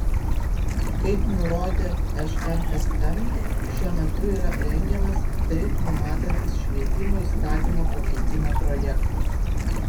kaip nurodė šmsm šiuo metu yra rengiamas tai numatantis švietimo įstatymo pakeitimo projektas